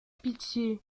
pitié